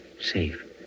safe